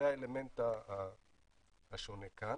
זה האלמנט השונה כאן.